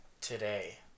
today